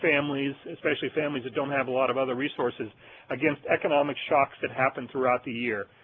families, especially families that don't have a lot of other resources against economic shocks that happen throughout the year.